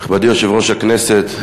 נכבדי יושב-ראש הכנסת,